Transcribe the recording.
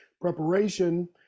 preparation